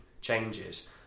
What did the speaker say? changes